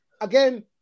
again